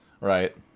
Right